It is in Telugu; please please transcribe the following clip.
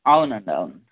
అవునండి అవును